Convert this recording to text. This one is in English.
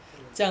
uh